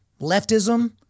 leftism